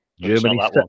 Germany